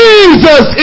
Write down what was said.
Jesus